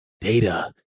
data